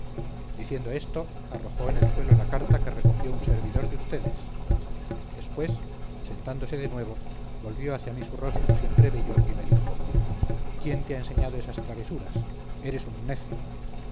diciendo esto arrojó en el suelo la carta que recogió un servidor de ustedes después sentándose de nuevo volvió hacia mí su rostro siempre bello y me dijo quién te ha enseñado esas travesuras eres un necio